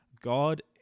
God